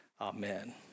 Amen